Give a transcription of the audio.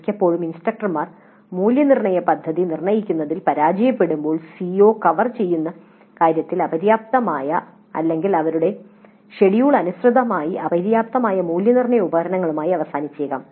മിക്കപ്പോഴും ഇൻസ്ട്രക്ടർമാർ മൂല്യനിർണ്ണയ പദ്ധതി നിർണ്ണയിക്കുന്നതിൽ പരാജയപ്പെടുമ്പോൾ സിഒകളെ കവർ ചെയ്യുന്ന കാര്യത്തിൽ അപര്യാപ്തമായ അല്ലെങ്കിൽ അവരുടെ ഷെഡ്യൂളിന് അനുസൃതമായി അപര്യാപ്തമായ മൂല്യനിർണ്ണയ ഉപകരണങ്ങളുമായി അവസാനിച്ചേക്കാം